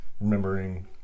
remembering